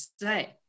say